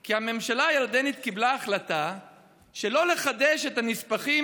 כי הממשלה הירדנית קיבלה החלטה שלא לחדש את הנספחים